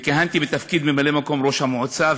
כיהנתי בתפקיד ממלא-מקום ראש המועצה,